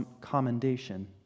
commendation